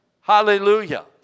Hallelujah